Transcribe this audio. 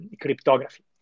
cryptography